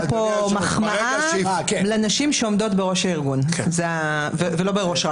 הייתה פה מחמאה לנשים שעומדות בראש הארגון ולא בראש רשל"ה.